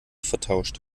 vertauscht